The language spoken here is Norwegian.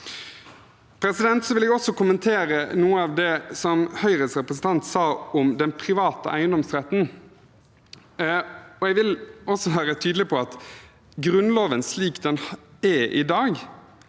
i Norge. Jeg vil også kommentere noe av det Høyres representant sa om den private eiendomsretten. Jeg vil også være tydelig på at Grunnloven slik den er i dag,